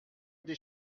des